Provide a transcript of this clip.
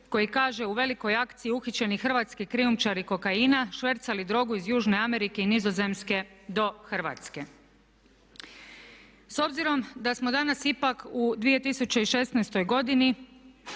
koji kaže u velikoj akciji uhićeni hrvatski krijumčari kokaina, švercali drogu iz južne Amerike i Nizozemske do Hrvatske. S obzirom da smo danas ipak u 2016. godini